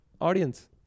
audience